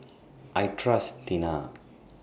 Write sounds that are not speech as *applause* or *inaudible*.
*noise* I Trust Tena